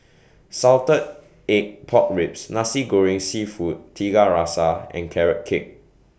Salted Egg Pork Ribs Nasi Goreng Seafood Tiga Rasa and Carrot Cake